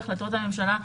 לפי החלטות הממשלה.